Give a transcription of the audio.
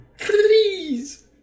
Please